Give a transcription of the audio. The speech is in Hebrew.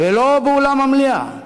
ולא באולם המליאה.